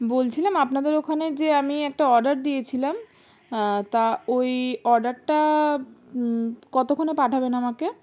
বলছিলাম আপনাদের ওখানে যে আমি একটা অর্ডার দিয়েছিলাম তা ওই অর্ডারটা কতক্ষণে পাঠাবেন আমাকে